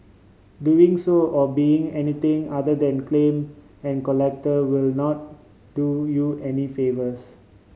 doing so or being anything other than and collect will not do you any favours